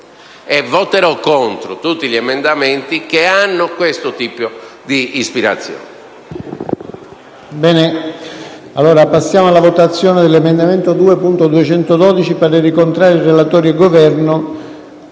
e votero contro tutti gli emendamenti che hanno questo tipo di ispirazione.